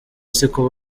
siko